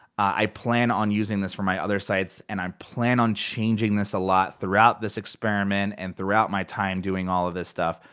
i plan on using this for my other sites, and i um plan on changing this a lot throughout this experiment, and throughout my time doing all of this stuff,